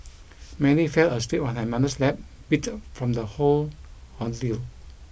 Mary fell asleep on her mother's lap beat from the whole ordeal